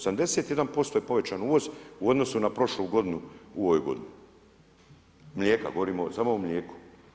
81% je povećan uvoz u odnosu na prošlu godinu u ovoj godini, mlijeka, govorimo samo o mlijeku.